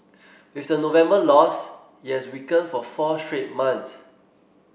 with the November loss it has weakened for four straight months